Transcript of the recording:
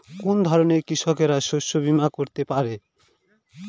কোন ধরনের কৃষকরা শস্য বীমা করতে পারে?